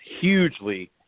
hugely